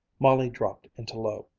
molly dropped into low.